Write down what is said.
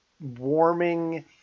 warming